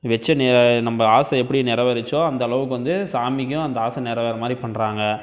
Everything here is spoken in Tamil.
வெச்ச நே நம்ம ஆசை எப்படி நிறவேறுச்சோ அந்த அளவுக்கு வந்து சாமிக்கும் அந்த ஆசை நிற வேறுகிற மாதிரி பண்ணுறாங்க